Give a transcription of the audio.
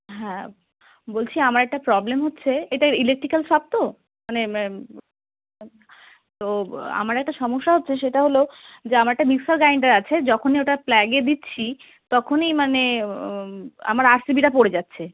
হ্যাঁ বলছি আমার একটা প্রবলেম হচ্ছে এটা ইলেকট্রিকাল শপ তো মানে তো আমার একটা সমস্যা হচ্ছে সেটা হলো যে আমার একটা মিক্সার গ্রাইন্ডার আছে যখনই ওটা প্লাগে দিচ্ছি তখনই মানে আমার আর সি বিটা পড়ে যাচ্ছে